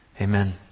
Amen